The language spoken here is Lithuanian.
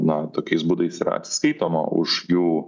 na tokiais būdais yra atsiskaitoma už jų